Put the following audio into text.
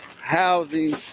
housing